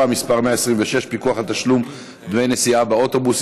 (מס' 126) (פיקוח על תשלום דמי נסיעה באוטובוס).